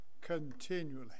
continually